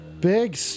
Big